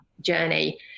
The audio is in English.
journey